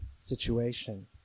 situation